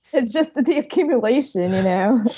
it's just the accumulation. oh,